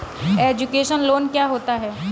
Education loan क्या होता है?